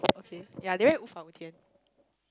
okay yeah they very 无法无天